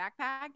backpack